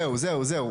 זהו, זהו.